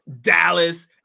Dallas